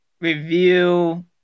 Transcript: review